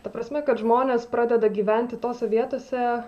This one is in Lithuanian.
ta prasme kad žmonės pradeda gyventi tose vietose